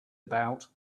about